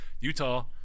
utah